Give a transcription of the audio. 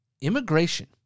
immigration